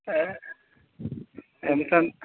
ஆ Empson